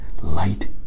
light